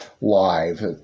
live